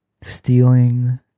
stealing